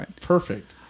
perfect